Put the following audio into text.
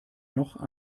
noch